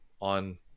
on